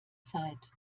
zeit